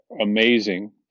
amazing